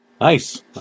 Nice